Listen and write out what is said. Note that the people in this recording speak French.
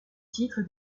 titre